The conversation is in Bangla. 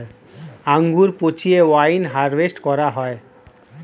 আঙ্গুর পচিয়ে ওয়াইন হারভেস্ট করা হয়